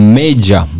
major